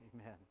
amen